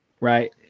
right